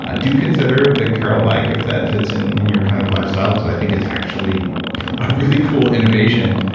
ah do consider the car o l bike if that fits in in your kind of lifestyle, because i think it's actually a really cool innovation.